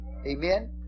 Amen